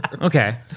Okay